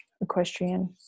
equestrian